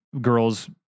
girls